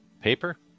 paper